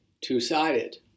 two-sided